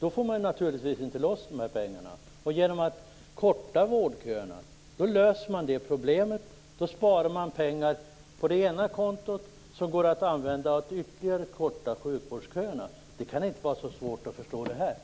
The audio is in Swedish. får man naturligtvis inte loss de här pengarna. Genom att korta vårdköerna löser man det problemet, och sparar pengar på det ena kontot som går att använda till att ytterligare korta sjukvårdsköerna. Det kan inte vara så svårt att förstå det här!